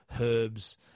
herbs